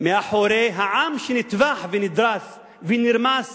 מאחורי העם שנטבח, ונדרס ונרמס